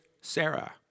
Sarah